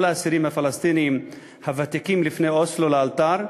האסירים הפלסטינים הוותיקים מלפני אוסלו לאלתר,